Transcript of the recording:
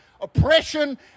oppression